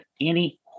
Annie